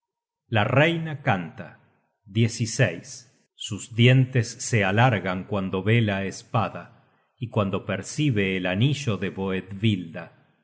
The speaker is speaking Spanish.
la reina cania sus dientes se alargan cuando ve la espada y cuando percibe el anillo de